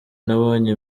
nabonye